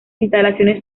instalaciones